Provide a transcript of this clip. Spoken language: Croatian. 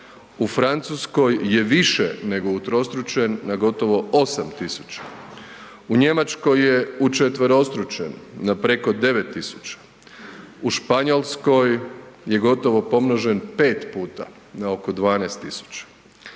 u Francuskoj je više nego utrostručen na gotovo 8.000, u Njemačkoj je učetverostručen na preko 9.000, u Španjolskoj je gotovo pomnožen 5 puta na oko 12.000.